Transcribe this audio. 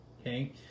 Okay